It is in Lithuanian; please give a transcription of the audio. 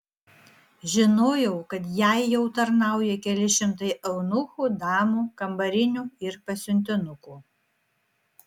žinojau kad jai jau tarnauja keli šimtai eunuchų damų kambarinių ir pasiuntinukų